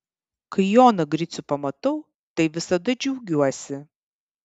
kai joną gricių pamatau tai visada džiaugiuosi